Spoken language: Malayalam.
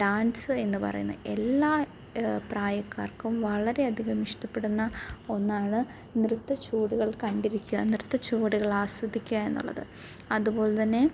ഡാൻസ് എന്ന് പറയുന്നത് എല്ലാ പ്രായക്കാർക്കും വളരെയധികം ഇഷ്ടപ്പെടുന്ന ഒന്നാണ് നൃത്തച്ചുവടുകൾ കണ്ടിരിക്കാൻ നൃത്തച്ചുവടുകൾ ആസ്വദിക്കുക എന്നുള്ളത് അതുപോലെത്തന്നെ